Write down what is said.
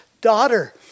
daughter